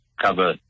cover